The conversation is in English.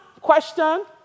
question